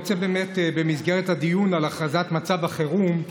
במסגרת הדיון על הכרזת מצב החירום,